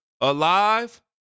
alive